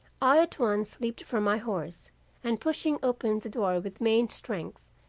i at once leaped from my horse and pushing open the door with main strength,